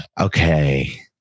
Okay